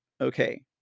Okay